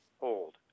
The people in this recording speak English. hold